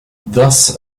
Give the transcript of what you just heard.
thus